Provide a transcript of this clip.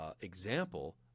example